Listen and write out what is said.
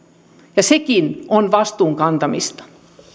sekin on vastuun kantamista